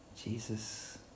Jesus